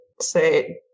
say